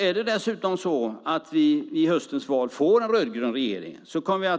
Är det dessutom så att vi i höstens val får en rödgrön regering kommer vi